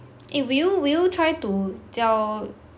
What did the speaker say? eh will you will you try to 教